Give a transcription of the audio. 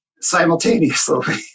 simultaneously